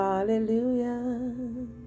hallelujah